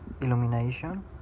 illumination